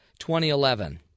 2011